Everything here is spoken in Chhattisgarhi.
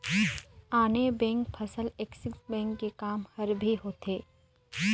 आने बेंक फसल ऐक्सिस बेंक के काम हर भी होथे